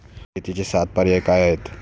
शेतीच्या सात पायऱ्या काय आहेत?